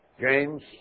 James